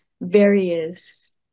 various